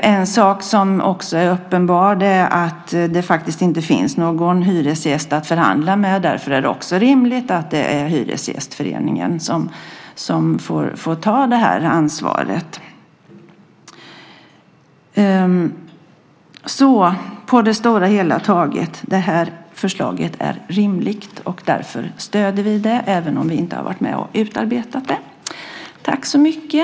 En sak som är uppenbar är att det inte finns någon hyresgäst att förhandla med och därför är det också rimligt att det är Hyresgästföreningen som får ta ansvaret. På det hela taget är förslaget rimligt. Därför stöder vi det, även om vi inte har varit med och utarbetat det.